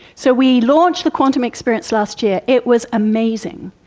so we launched the quantum experience last year, it was amazing,